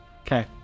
okay